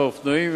והאופנועים,